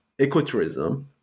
ecotourism